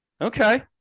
Okay